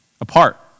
apart